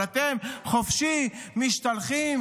אבל אתם חופשי משתלחים,